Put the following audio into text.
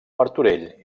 martorell